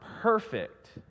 perfect